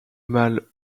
mâle